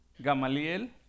Gamaliel